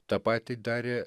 tą patį darė